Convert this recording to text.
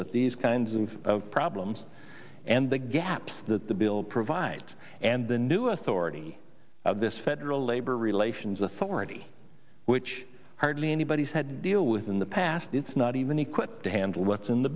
with these kinds of problems and the gaps that the bill provides and the new authority of this federal labor relations authority which hardly anybody's had deal with in the past it's not even equipped to handle what's in the